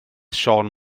siôn